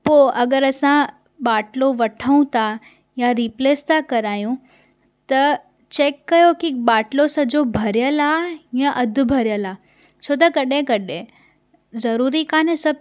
पो अगरि असां बाटलो वठूं था या रिप्लेस था करायूं त चैक कयो की बाटलो सॼो भरियल आहे या अधु भरियलु आहे छो त कॾहिं कॾहिं ज़रूरी कोन्हे सभु